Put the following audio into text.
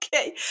Okay